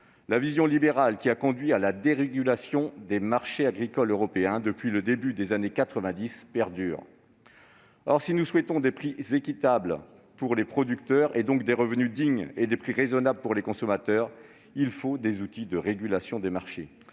La vision libérale qui a conduit à la dérégulation des marchés agricoles européens depuis le début des années 1990 perdure. Or, si nous souhaitons des prix équitables pour les producteurs, donc des revenus dignes, et des prix raisonnables pour les consommateurs, il faut des outils de régulation des marchés,